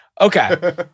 Okay